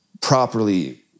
properly